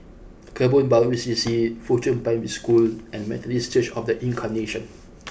Kebun Baru C C Fuchun Primary School and Methodist Church of the Incarnation